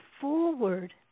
forward